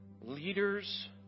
Leaders